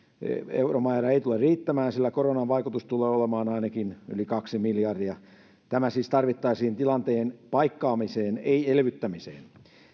euromäärä ei tule riittämään sillä koronan vaikutus tulee olemaan ainakin yli kaksi miljardia tämä siis tarvittaisiin tilanteen paikkaamiseen ei elvyttämiseen